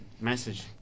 message